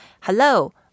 Hello